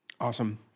Awesome